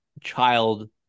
child